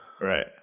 Right